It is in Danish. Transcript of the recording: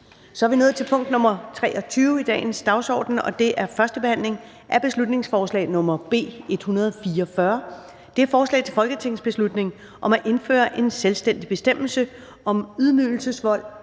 Det næste punkt på dagsordenen er: 23) 1. behandling af beslutningsforslag nr. B 144: Forslag til folketingsbeslutning om at indføre en selvstændig bestemmelse om ydmygelsesvold